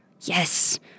yes